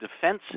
defense